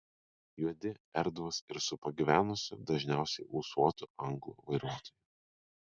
juodi erdvūs ir su pagyvenusiu dažniausiai ūsuotu anglu vairuotoju